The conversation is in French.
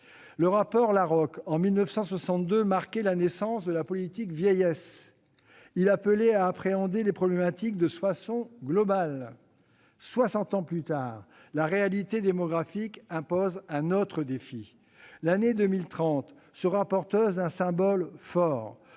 Le rapport Laroque, en 1962, marquait la naissance de la politique de la vieillesse ; il appelait à appréhender les problématiques de façon globale. Soixante ans plus tard, la réalité démographique impose un autre défi. L'année 2030 sera porteuse d'un symbole fort